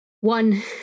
One